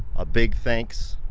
a big thanks